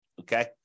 okay